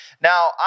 Now